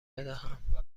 بدهم